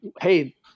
Hey